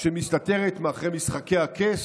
שמסתתרת מאחורי משחקי הכס,